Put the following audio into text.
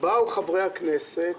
באו חברי הכנסת,